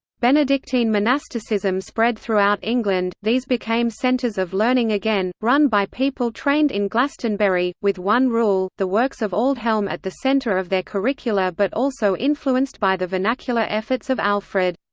benedictine monasticism spread throughout england, these became centers of learning again, run by people trained in glastonbury, with one rule, the works of aldhelm at the center of their curricula but also influenced by the vernacular efforts of alfred.